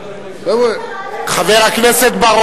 מה עם סטפן?